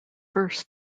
verse